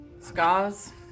Scars